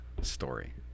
story